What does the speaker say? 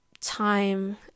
time